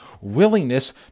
willingness